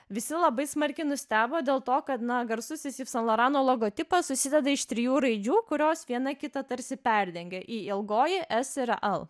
visi labai smarkiai nustebo dėl to kad na garsusis iv san lorano logotipas susideda iš trijų raidžių kurios viena kitą tarsi perdengia y ilgoji s ir l